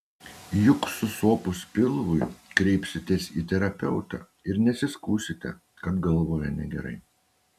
juk susopus pilvui kreipsitės į terapeutą ir nesiskųsite kad galvoje negerai